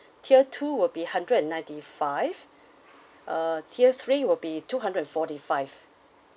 tier two would be hundred and ninety five uh tier three will be two hundred and forty five